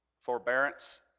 forbearance